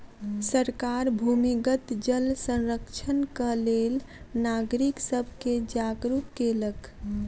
सरकार भूमिगत जल संरक्षणक लेल नागरिक सब के जागरूक केलक